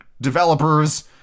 developers